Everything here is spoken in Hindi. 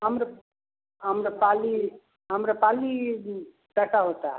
अम्र आम्रपाली आम्रपाली कैसा होता है